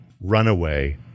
runaway